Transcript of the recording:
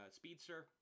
speedster